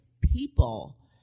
people